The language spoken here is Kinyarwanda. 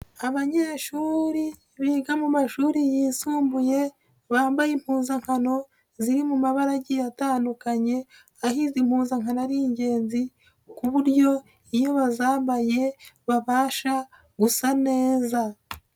Abanyeshuri biga mu mashuri yisumbuye, bambaye impuzankano ziri mu mabara agiye atandukanye, aho izi impunzankano ari ingenzi, ku buryo iyo bazambaye babasha gusa neza.